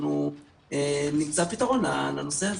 ונמצא פתרון לנושא הזה.